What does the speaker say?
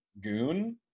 goon